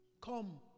come